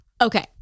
Okay